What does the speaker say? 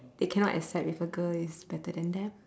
they cannot accept if a girl is better than them